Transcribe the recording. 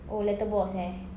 oh letter box eh